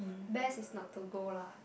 best is not to go lah